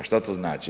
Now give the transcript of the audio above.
Šta to znači?